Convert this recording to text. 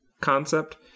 concept